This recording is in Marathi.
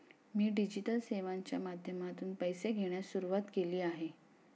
मी डिजिटल सेवांच्या माध्यमातून पैसे घेण्यास सुरुवात केली आहे